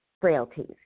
frailties